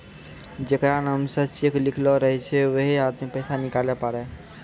जेकरा नाम से चेक लिखलो रहै छै वैहै आदमी पैसा निकालै पारै